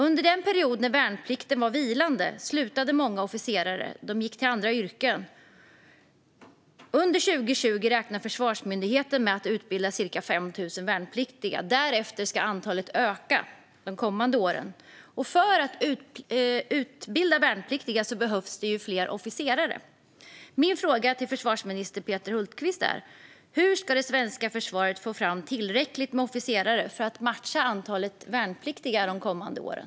Under den period då värnplikten var vilande slutade många officerare. De gick till andra yrken. Under 2020 räknar Försvarsmyndigheten med att utbilda ca 5 000 värnpliktiga. Därefter ska antalet öka de kommande åren. För att utbilda värnpliktiga behövs det fler officerare. Min fråga till försvarsminister Peter Hultqvist är: Hur ska det svenska försvaret få fram tillräckligt många officerare för att matcha antalet värnpliktiga de kommande åren?